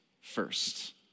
first